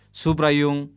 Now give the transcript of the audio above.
subrayung